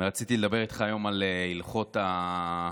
ורציתי לדבר איתך היום על הלכות המלחמה